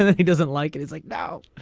and he doesn't like it is like the out.